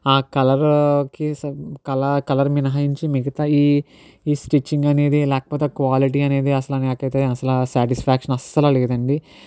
ఆ కలర్ కి కల కలర్ మినహాయించి మిగతా ఈ ఈ స్టిచ్చింగ్ అనేది లేకపోతే క్వాలిటీ అనేది అసల నాకైతే అసల సాటిస్ఫాక్షన్ అసలే లేదండి